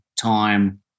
time